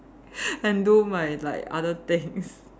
and do my like other things